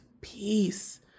peace